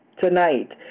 tonight